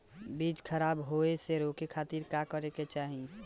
बीज खराब होए से रोके खातिर का करे के पड़ी?